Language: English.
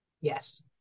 Yes